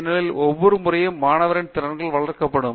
ஏனெனில் ஒவ்வொரு முறையும் மாணவரின் திறன்கள் வளர்க்கப்படும்